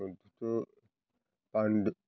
अनथ'थ' बान्दो